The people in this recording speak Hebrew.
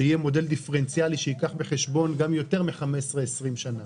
שיהיה מודל דיפרנציאלי שייקח בחשבון גם יותר מ-20-15 שנים.